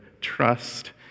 trust